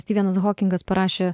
styvenas hokingas parašė